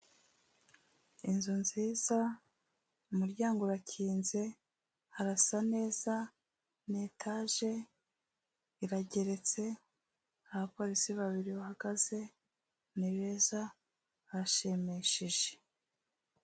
Inzu nziza umuryango urakinze. Harasa neza. Ni etaje. Irageretse. Abapolisi babiri bahagaze ni beza barashimishije.